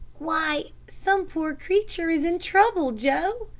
why some poor creature is in trouble, joe,